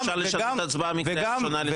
אי-אפשר לשנות הצבעה מקריאה ראשונה לשנייה?